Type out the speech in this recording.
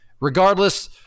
regardless